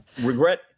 regret